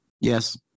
Yes